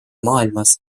maailmas